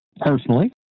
personally